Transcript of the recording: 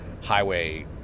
highway